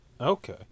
Okay